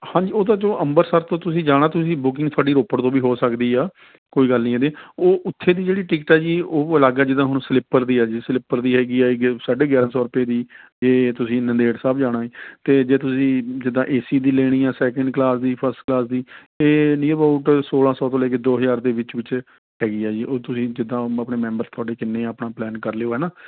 ਹਾਂਜੀ ਉਹ ਤਾਂ ਜੋ ਅੰਬਰਸਰ ਤੋਂ ਤੁਸੀਂ ਜਾਣਾ ਤੁਸੀਂ ਬੁਕਿੰਗ ਤੁਹਾਡੀ ਰੋਪੜ ਤੋਂ ਵੀ ਹੋ ਸਕਦੀ ਹੈ ਕੋਈ ਗੱਲ ਨਹੀਂ ਇਹਦੀ ਉਹ ਉੱਥੇ ਦੀ ਜਿਹੜੀ ਟਿਕਟ ਹੈ ਜੀ ਉਹ ਅਲੱਗ ਹੈ ਜਿੱਦਾਂ ਹੁਣ ਸਲਿੱਪਰ ਦੀ ਹੈ ਜੀ ਸਲਿੱਪਰ ਦੀ ਹੈਗੀ ਹੈ ਸਾਢੇ ਗਿਆਰਾਂ ਸੌ ਰੁਪਏ ਦੀ ਜੇ ਤੁਸੀਂ ਨੰਦੇੜ ਸਾਹਿਬ ਜਾਣਾ ਹੈ ਅਤੇ ਤੁਸੀਂ ਜਿੱਦਾਂ ਏ ਸੀ ਦੀ ਲੈਣੀ ਹੈ ਸੈਕਿੰਡ ਕਲਾਸ ਦੀ ਫਸਟ ਕਲਾਸ ਦੀ ਇਹ ਨੀਅਰ ਅਬਾਊਟ ਸੋਲ੍ਹਾ ਸੌ ਤੋਂ ਲੈ ਕੇ ਦੋ ਹਜ਼ਾਰ ਦੇ ਵਿੱਚ ਵਿੱਚ ਹੈਗੀ ਹੈ ਜੀ ਉਹ ਤੁਸੀਂ ਜਿੱਦਾਂ ਆਪਣੇ ਮੈਂਬਰ ਤੁਹਾਡੇ ਕਿੰਨੇ ਹੈ ਆਪਣਾ ਪਲੈਨ ਕਰ ਲਉ ਹੈ ਨਾ